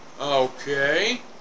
Okay